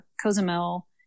Cozumel